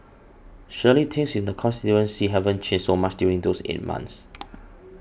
surely things in the constituency haven't changed so much during those eight months